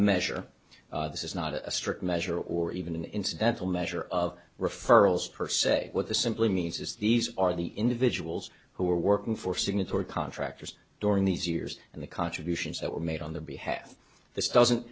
measure this is not a strict measure or even an incidental measure of referrals per se what the simply means is these are the individuals who were working for signatory contractors during these years and the contributions that were made on the be have this doesn't